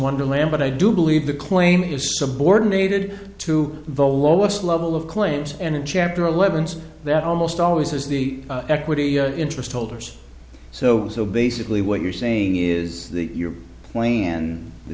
wonderland but i do believe the claim is subordinated to the lowest level of claims and in chapter eleven that almost always is the equity interest holders so so basically what you're saying is that you're pla